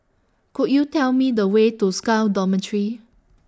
Could YOU Tell Me The Way to Scal Dormitory